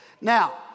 Now